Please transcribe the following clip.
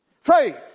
Faith